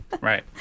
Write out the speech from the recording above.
Right